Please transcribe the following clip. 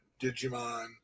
Digimon